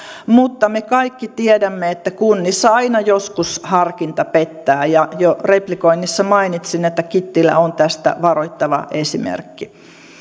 mutta me kaikki tiedämme että kunnissa aina joskus harkinta pettää ja jo replikoinnissa mainitsin että kittilä on tästä varoittava esimerkki